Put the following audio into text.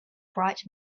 bright